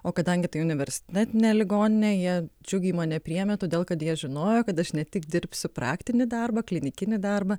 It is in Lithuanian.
o kadangi tai universitetinė ligoninė jie džiugiai mane priėmė todėl kad jie žinojo kad aš ne tik dirbsiu praktinį darbą klinikinį darbą